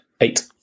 eight